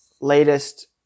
latest